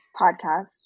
podcast